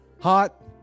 Hot